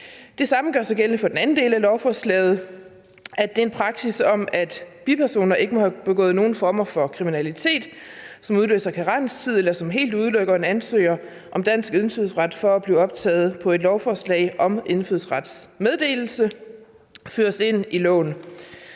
Det samme gør sig gældende for den anden del af lovforslaget. Den praksis om, at bipersoner ikke må have begået nogen former for kriminalitet, som udløser karenstid, eller som helt udelukker en ansøger om dansk indfødsret fra at blive optaget på lovforslag om indfødsrets meddelelse, føres ind i loven.